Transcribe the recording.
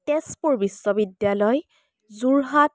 তেজপুৰ বিশ্ববিদ্যালয় যোৰহাট